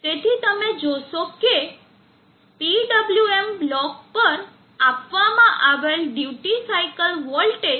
તેથી તમે જોશો કે PWM બ્લોક પર આપવામાં આવેલ ડ્યુટી સાઇકલ વોલ્ટેજ